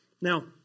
Now